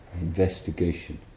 investigation